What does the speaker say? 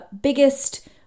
biggest